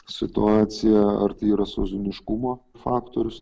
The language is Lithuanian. situaciją ar tai yra sezoniškumo faktorius